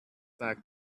back